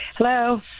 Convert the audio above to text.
Hello